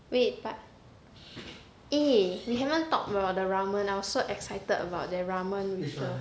wait but eh we haven't talk about the ramen I was so excited about the ramen with the